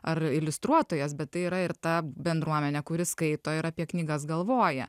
ar iliustruotojas bet tai yra ir ta bendruomenė kuri skaito ir apie knygas galvoja